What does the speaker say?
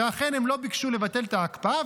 ואכן הם לא ביקשו לבטל את ההקפאה,